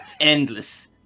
Endless